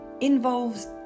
involves